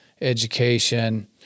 education